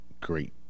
great